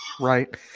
right